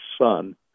son